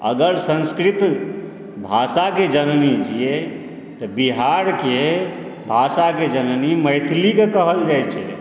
अगर संस्कृत भाषाके जननी छियैक तऽ बिहारके भाषाके जननी मैथिलीके कहल जाइत छै